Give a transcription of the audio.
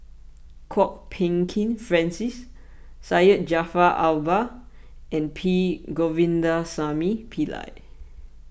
Kwok Peng Kin Francis Syed Jaafar Albar and P Govindasamy Pillai